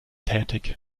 tätig